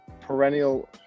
perennial